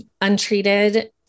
untreated